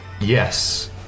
Yes